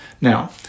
Now